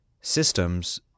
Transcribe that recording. systems